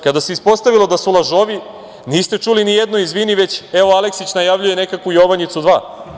Kada se ispostavilo da su lažovi niste čuli nijedno izvini, već Aleksić najavljuje nekakvu „Jovanjicu 2“